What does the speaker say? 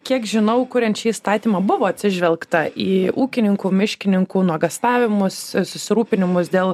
kiek žinau kuriant šį įstatymą buvo atsižvelgta į ūkininkų miškininkų nuogąstavimus susirūpinimus dėl